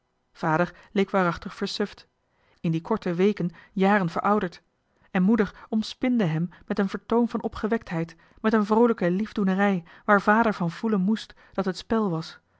vader leek waarachtig versuft in die korte weken jaren verouderd en moeder omspinde hem met een vertoon van opgewektheid met een vroolijke lief doenerij waar vader van voelen mest dat het spel was